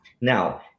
Now